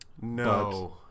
No